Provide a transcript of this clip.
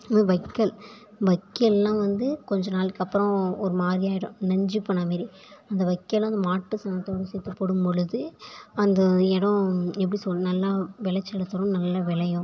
வைக்கோல் வைக்கோல்லாம் வந்து கொஞ்சம் நாளுக்கு அப்புறம் ஒரு மாதிரி ஆயிடும் நஞ்சு போன மாரி அந்த வைக்கோலும் அந்த மாட்டு சாணத்தோடு சேர்த்து போடும் பொழுது அந்த இடம் எப்படி சொல்வது நல்ல விளச்சலை தரும் நல்ல விளையும்